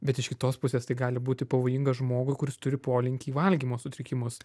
bet iš kitos pusės tai gali būti pavojinga žmogui kuris turi polinkį į valgymo sutrikimus